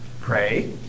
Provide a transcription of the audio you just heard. Pray